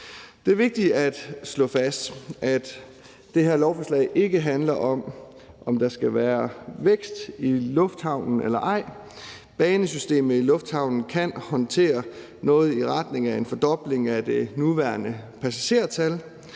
Det er vigtigt at slå fast, at det her lovforslag ikke handler om, om der skal være vækst i lufthavnen eller ej. Banesystemet i lufthavnen kan håndtere noget i retning af en fordobling af det nuværende passagerantal,